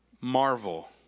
marvel